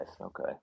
Okay